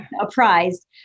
apprised